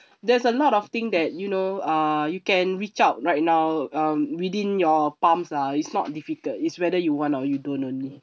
there's a lot of thing that you know uh you can reach out right now um within your palms lah it's not difficult it's whether you want or you don't only